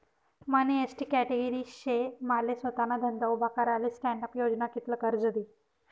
मनी ST category शे माले सोताना धंदा उभा कराले स्टॅण्डअप योजना कित्ल कर्ज दी?